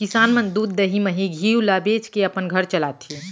किसान मन दूद, दही, मही, घींव ल बेचके अपन घर चलाथें